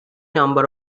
number